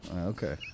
okay